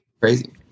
Crazy